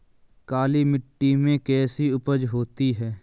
काली मिट्टी में कैसी उपज होती है?